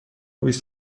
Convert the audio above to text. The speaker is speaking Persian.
بیست